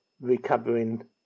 recovering